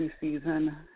season